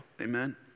Amen